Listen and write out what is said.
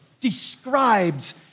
describes